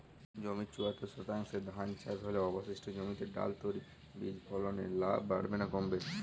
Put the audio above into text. জমির চুয়াত্তর শতাংশে ধান চাষ হলে অবশিষ্ট জমিতে ডাল তৈল বীজ ফলনে লাভ বাড়বে না কমবে?